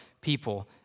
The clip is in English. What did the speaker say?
people